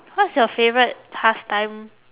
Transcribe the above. what's your favourite pastime